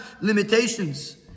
limitations